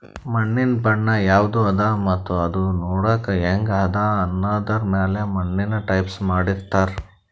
ಮಣ್ಣಿನ್ ಬಣ್ಣ ಯವದ್ ಅದಾ ಮತ್ತ್ ಅದೂ ನೋಡಕ್ಕ್ ಹೆಂಗ್ ಅದಾ ಅನ್ನದರ್ ಮ್ಯಾಲ್ ಮಣ್ಣಿನ್ ಟೈಪ್ಸ್ ಮಾಡಿರ್ತಾರ್